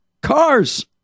Cars